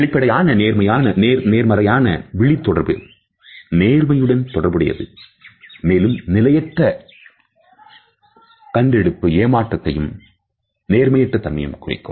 வெளிப்படையான நேர்மறையான விழி தொடர்பு நேர்மையுடன் தொடர்புடையது மேலும் நிலையற்ற கண்டெடுப்பு ஏமாற்றுவதையும் நேர்மையற்ற தன்மையையும் குறிக்கும்